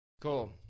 Cool